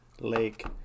Lake